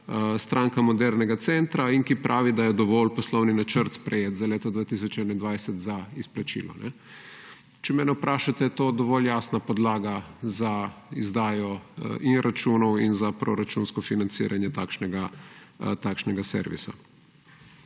Stranka modernega centra in ki pravi, da je dovolj poslovni načrt sprejet za leto 2021, za izplačilo. Če mene vprašate, je to dovolj jasna podlaga za izdajo in računov in za proračunsko financiranje takšnega servisa.